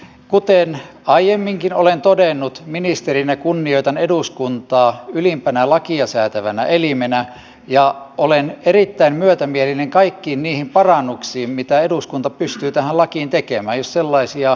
kuten aiemminkin olen todennut ministerinä kunnioitan eduskuntaa ylimpänä lakia säätävänä elimenä ja olen erittäin myötämielinen kaikkia niitä parannuksia kohtaan mitä eduskunta pystyy tähän lakiin tekemään jos sellaisia tulee